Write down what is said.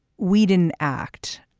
we didn't act.